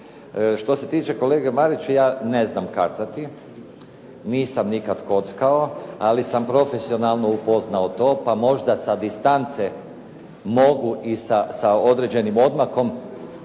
Što se tiče kolege Marića, ja ne znam kartati, nisam nikad kockao, ali sam profesionalno upoznao to, pa možda sa distance mogu i sa određenim odmakom